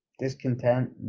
discontent